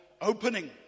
opening